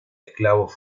esclavos